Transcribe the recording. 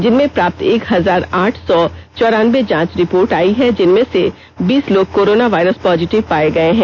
जिनमें प्राप्त एक हजार आठ सौ चौरानबे जांच रिपोर्ट आई है जिनमें से बीस लोग कोरोना वायरस पॉजिटिव पाये गये हैं